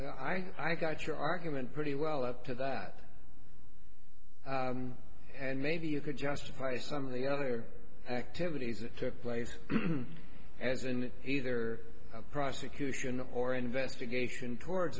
but i got your argument pretty well up to that and maybe you could justify some of the other activities that took place as in either a prosecution or investigation towards